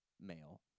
male